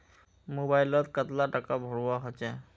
Mobile लोत कतला टाका भरवा होचे?